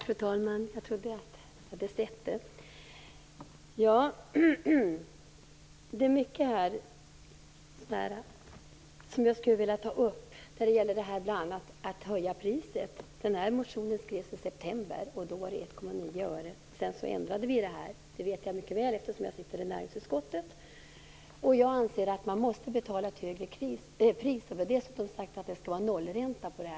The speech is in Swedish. Fru talman! Det är mycket som jag här vill ta upp, bl.a. höjningen av priset. Motionen skrevs i september, och då var avgiften 1,9 öre. Sedan ändrades avgiften, vilket jag mycket väl känner till, eftersom jag sitter i näringsutskottet. Jag anser att man måste betala ett högre pris. Det skall vara nollränta på detta.